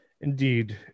Indeed